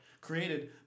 created